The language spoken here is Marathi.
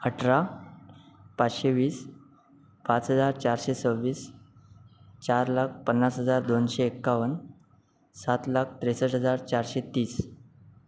अठरा पाचशे वीस पाच हजार चारशे सव्वीस चार लाख पन्नास हजार दोनशे एक्कावन सात लाख त्रेसष्ट हजार चारशे तीस